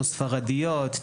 ספרדיות,